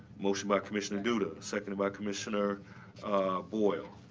motion by commissioner duda, second by commissioner boyle.